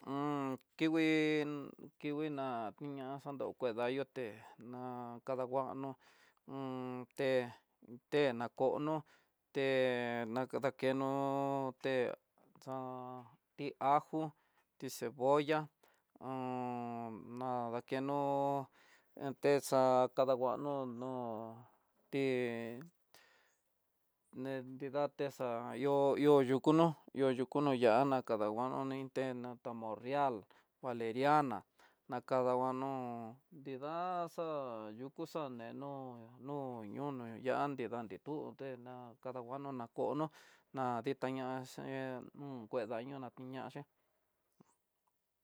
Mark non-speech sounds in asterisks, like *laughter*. *hesitation* kingui kingui ná kiña xanda ken kuedayoté, na kadanguano un té té nakono te nakadakeno té xa ti jo ti cebolla hon nadakeno en té xa kadanguano, té neda texa ihó ihó yuku nó ihó yukú yana kadanguanoni té na tamoreal, valeriana, nakadanguano nida xa yuku xa neno nu yunu ya'á nridá, nridá ninduté na nakadanguano na kono na dita ñaxé un kuedo ño ña kiñaxe.